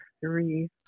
three